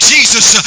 Jesus